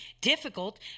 difficult